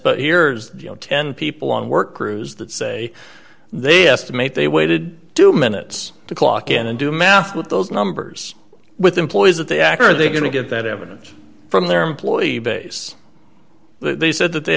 here's ten people on work crews that say they estimate they waited two minutes to clock in and do math with those numbers with employees that they act or they're going to get that evidence from their employee base they said that they